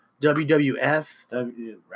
WWF